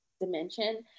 dimension